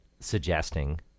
suggesting